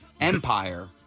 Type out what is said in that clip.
Empire